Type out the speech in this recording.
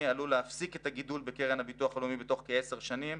עלול להפסיק את הגידול בקרן הביטוח הלאומי בתוך כעשר שנים,